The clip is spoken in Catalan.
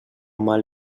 mal